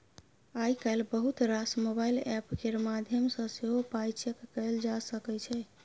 आइ काल्हि बहुत रास मोबाइल एप्प केर माध्यमसँ सेहो पाइ चैक कएल जा सकै छै